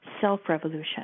self-revolution